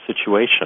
situation